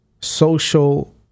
Social